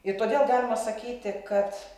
ir todėl galima sakyti kad